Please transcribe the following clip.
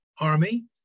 army